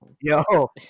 yo